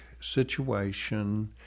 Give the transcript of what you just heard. situation